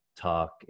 talk